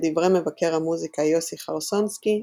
כדברי מבקר המוזיקה יוסי חרסונסקי,